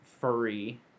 furry